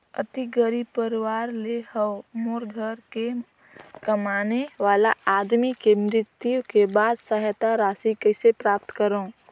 अति गरीब परवार ले हवं मोर घर के कमाने वाला आदमी के मृत्यु के बाद सहायता राशि कइसे प्राप्त करव?